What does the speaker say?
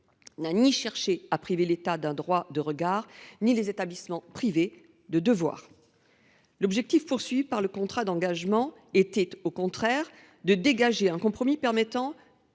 n’a cherché ni à priver l’État d’un droit de regard ni à priver les établissements privés de devoirs. L’objectif du contrat d’engagement était au contraire de dégager un compromis permettant